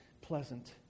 pleasant